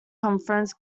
conference